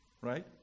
right